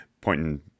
pointing